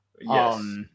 Yes